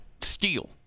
steal